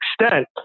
extent